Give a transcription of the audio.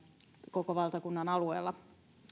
koko valtakunnan alueella